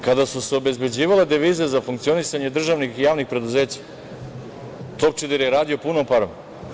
Kada su se obezbeđivale devize za funkcionisanje državnih i javnih preduzeća „Topčider“ je radio punom parom.